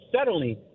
settling